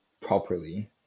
properly